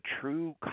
true